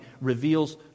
reveals